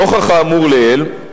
נוכח האמור לעיל,